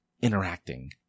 interacting